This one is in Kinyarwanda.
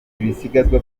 ibisigazwa